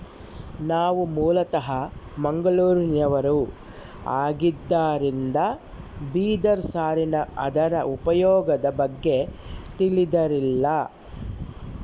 ನಾವು ಮೂಲತಃ ಮಂಗಳೂರಿನವರು ಆಗಿದ್ದರಿಂದ ಬಿದಿರು ಸಾರಿನ ಅದರ ಉಪಯೋಗದ ಬಗ್ಗೆ ತಿಳಿದಿರಲಿಲ್ಲ